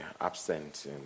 absent